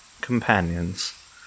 companions